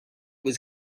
was